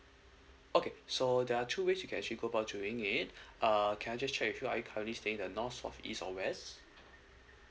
okay so there are two ways you can actually go for doing it err can I just check with you are you currently staying in the north south east or west